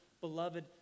beloved